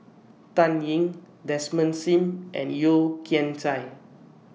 Dan Ying Desmond SIM and Yeo Kian Chai